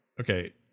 Okay